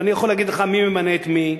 ואני יכול להגיד לך מי ממנה את מי,